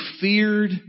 feared